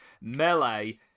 Melee